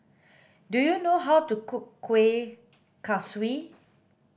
do you know how to cook kuih kaswi